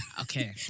Okay